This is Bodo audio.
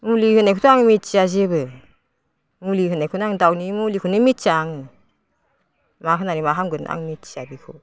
मुलि होनायखौथ' आं मिथिया जेबो मुलि होनायखौनो आं दाउनि मुलिखौनो मिथिया आङो मा होननानै मा हामगोन आं मिथिया बेखौ